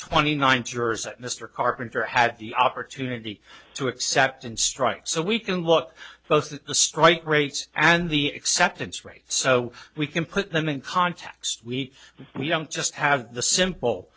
twenty nine jersey mr carpenter had the opportunity to accept and strike so we can look both at the strike rates and the acceptance rate so we can put them in context we we don't just have the simple